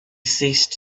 ceased